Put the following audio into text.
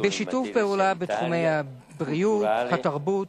בשיתוף פעולה בתחומי הבריאות, התרבות,